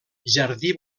jardí